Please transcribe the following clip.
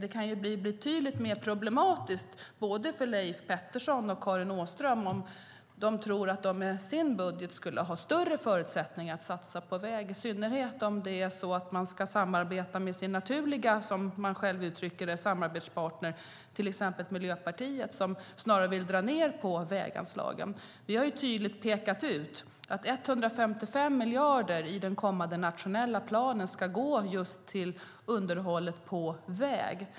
Det kan bli betydligt mer problematiskt både för Leif Pettersson och Karin Åström om de tror att de med sin budget skulle ha större förutsättningar att satsa på väg, i synnerhet om ni ska samarbeta med era naturliga - som ni själva uttrycker det - samarbetspartner, till exempel Miljöpartiet, som snarare vill dra ned på väganslagen. Vi har tydligt pekat ut att 155 miljarder i den kommande nationella planen ska gå just till underhållet av väg.